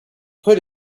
put